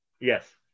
Yes